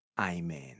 Amen